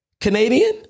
Canadian